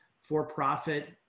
for-profit